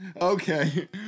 Okay